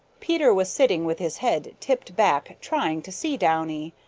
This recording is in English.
peter was sitting with his head tipped back trying to see downy.